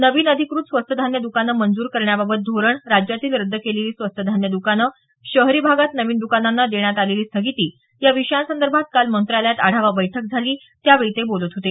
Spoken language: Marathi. नविन अधिकृत स्वस्त धान्य दकानं मंजूर करण्याबाबत धोरण राज्यातील रद्द केलेली स्वस्त धान्य दुकान शहरी भागात नवीन दुकानांना देण्यात आलेली स्थगिती या विषयासंदर्भात काल मंत्रालयात आढावा बैठक झाली त्यावेळी ते बोलत होते